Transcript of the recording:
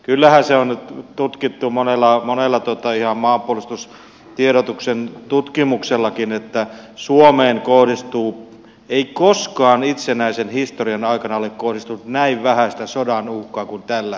kyllähän se on nyt tutkittu monella ihan maanpuolustustiedotuksen tutkimuksellakin että suomeen ei koskaan itsenäisen historian aikana ole kohdistunut näin vähäistä sodan uhkaa kuin tällä hetkellä